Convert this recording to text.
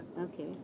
okay